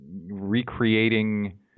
recreating